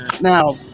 now